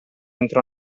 entrò